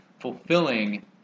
fulfilling